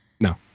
No